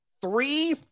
three